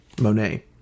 Monet